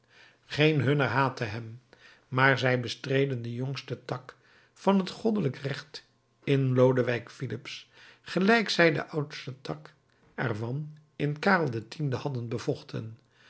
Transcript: geen hunner haatte hem maar zij bestreden den jongsten tak van het goddelijk recht in lodewijk filips gelijk zij den oudsten tak ervan in karel x hadden bevochten